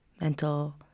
mental